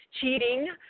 cheating